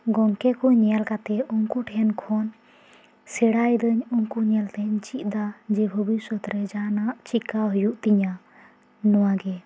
ᱜᱚᱝᱠᱮ ᱧᱮᱞ ᱠᱟᱛᱮ ᱩᱱᱠᱩ ᱴᱷᱮᱱ ᱠᱷᱚᱱ ᱥᱮᱲᱟᱭᱮᱫᱟᱹᱧ ᱩᱱᱠᱩ ᱧᱮᱞ ᱛᱤᱧ ᱪᱤᱫ ᱮᱫᱟ ᱡᱮ ᱵᱷᱚᱵᱚᱥᱛ ᱨᱮ ᱡᱟᱦᱟᱸᱱᱟᱜ ᱪᱮᱠᱟ ᱦᱩᱭᱩᱜ ᱛᱤᱧᱟ ᱱᱚᱶᱟ ᱜᱮ